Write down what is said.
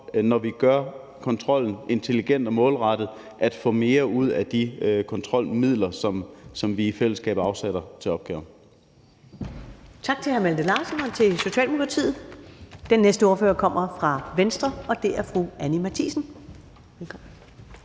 når vi gør kontrollen intelligent og målrettet, får mere ud af de kontrolmidler, som vi i fællesskab afsætter til opgaven.